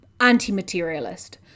anti-materialist